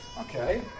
Okay